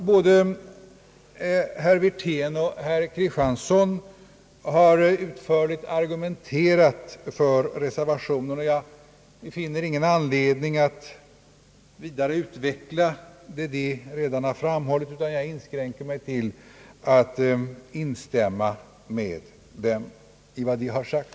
Både herr Wirtén och herr Kristiansson har utförligt argumenterat för reservationen, och jag finner ingen anledning att vidare utveckla vad de redan har framhållit, utan jag inskränker mig till att instämma i vad de har sagt.